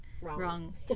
wrong